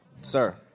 sir